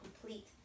complete